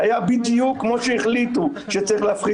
זה היה בדיוק כמו שהחליטו שצריך להפחית